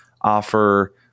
offer